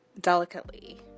delicately